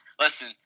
listen